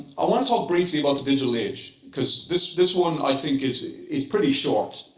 i want to talk briefly about the digital age, because this this one, i think, is is pretty short.